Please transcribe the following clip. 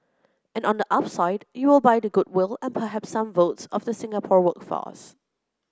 and on the upside you will buy the goodwill and perhaps some votes of the Singapore workforce